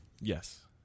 Yes